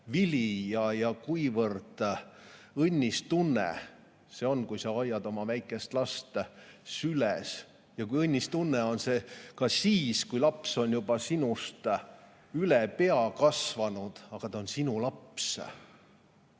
vili. Kui õnnis tunne see on, kui sa hoiad oma väikest last süles, ja kui õnnis tunne on ka siis, kui laps on juba sinust [pikemaks] kasvanud, aga ta on sinu laps.